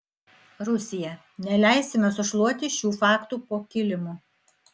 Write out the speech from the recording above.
rusija neleisime sušluoti šių faktų po kilimu